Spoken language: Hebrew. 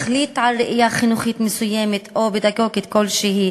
מחליט על ראייה חינוכית או פדגוגית כלשהי,